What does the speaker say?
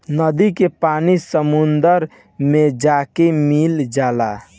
नदी के पानी समुंदर मे जाके मिल जाला